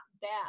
bad